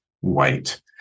white